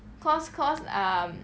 cause cause um